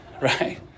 right